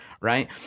right